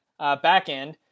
backend